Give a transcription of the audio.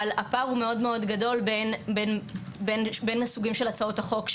אבל הפער מאוד מאוד גדול בין סוגי הצעות החוק,